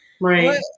Right